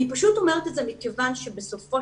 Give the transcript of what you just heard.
אני פשוט אומרת את זה מכיוון שבסופו